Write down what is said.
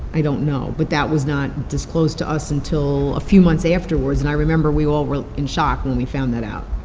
i don't know, but that was not disclosed to us until a few months afterwards, and i remember we all were in shock when we found that out,